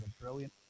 brilliant